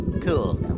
cool